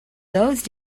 those